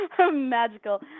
Magical